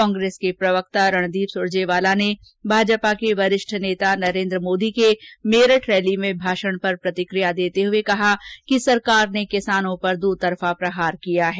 कांग्रेस के प्रवक्ता रणदीप सुरजेवाला ने भाजपा के वरिष्ठ नेता नरेन्द्र मोदी के मेरठ रैली में भाषण पर प्रतिक्रिया देते हुए कहा कि सरकार ने किसानों पर दोतरफा प्रहार किया है